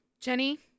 Jenny